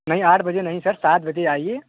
नहीं आठ बजे नहीं सर सात बजे आइए